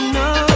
no